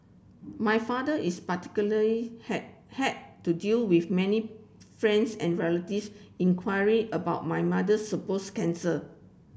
my father is particular has had to deal with many friends and relatives inquiring about my mother supposed cancer